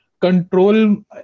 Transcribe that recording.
Control